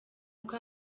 uko